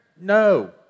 No